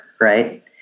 Right